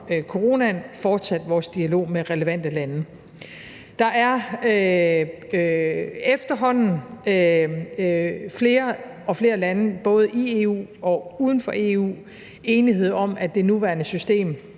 coronaen fortsat vores dialog med relevante lande. Der er efterhånden i flere og flere lande, både i EU og uden for EU, enighed om, at det nuværende system